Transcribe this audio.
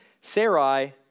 Sarai